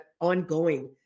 ongoing